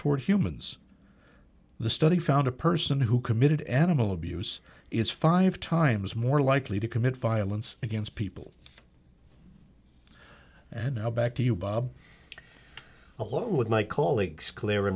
toward humans the study found a person who committed animal abuse is five times more likely to commit violence against people and now back to you bob along with my colleagues claire